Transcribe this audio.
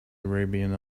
arabian